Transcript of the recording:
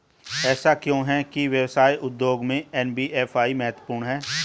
ऐसा क्यों है कि व्यवसाय उद्योग में एन.बी.एफ.आई महत्वपूर्ण है?